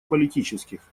политических